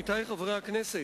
עמיתי חברי הכנסת,